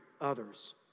others